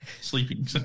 sleeping